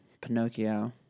Pinocchio